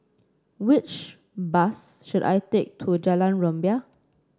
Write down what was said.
which bus should I take to Jalan Rumbia